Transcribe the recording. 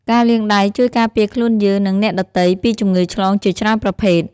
ការលាងដៃជួយការពារខ្លួនយើង និងអ្នកដទៃពីជំងឺឆ្លងជាច្រើនប្រភេទ។